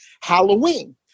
Halloween